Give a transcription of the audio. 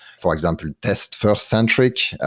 for example, test-first centric,